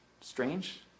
strange